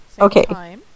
Okay